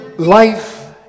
Life